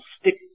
stick